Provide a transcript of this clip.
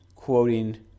quoting